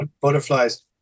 butterflies